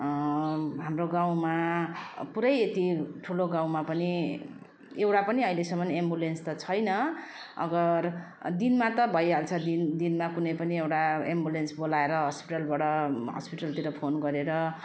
हाम्रो गाउँमा पुरै यति ठुलो गाउँमा पनि एउटा पनि अहिलेसम्म एम्बुलेन्स त छैन अगर दिनमा त भइहाल्छ दिन दिनमा कुनै पनि एउटा एम्बुलेन्स बोलाएर हस्पिटलबाट हस्पिटलतिर फोन गरेर